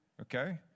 Okay